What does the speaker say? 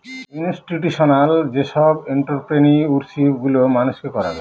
institutional যেসব entrepreneurship গুলো মানুষকে করাবে